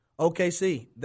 OKC